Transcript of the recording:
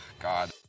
God